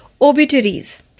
obituaries